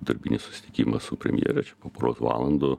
darbinį susitikimą su premjere čia